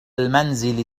المنزل